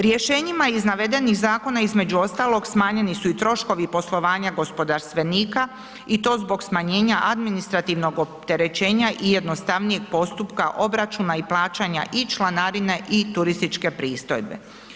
Rješenjima iz navedenih zakona između ostalog smanjeni su i troškovi poslovanja gospodarstvenika i to zbog smanjenja administrativnog opterećenja i jednostavnijeg postupka obračuna i plaćanja i članarine i turističke pristojbe.